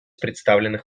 представленных